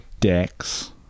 decks